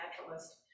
Naturalist